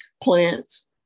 plants